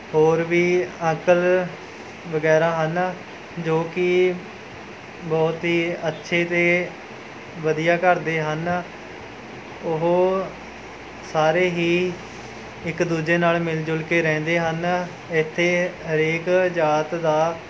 ਹੋਰ ਵੀ ਅੰਕਲ ਵਗੈਰਾ ਹਨ ਜੋ ਕਿ ਬਹੁਤ ਹੀ ਅੱਛੇ ਅਤੇ ਵਧੀਆ ਘਰਦੇ ਹਨ ਉਹ ਸਾਰੇ ਹੀ ਇੱਕ ਦੂਜੇ ਨਾਲ ਮਿਲ ਜੁਲ ਕੇ ਰਹਿੰਦੇ ਹਨ ਇੱਥੇ ਹਰੇਕ ਜਾਤ ਦਾ